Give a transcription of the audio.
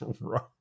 right